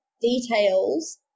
details